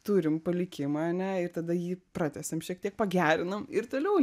turim palikimą ane ir tada jį pratęsiam šiek tiek pagerinam ir toliau